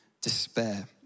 despair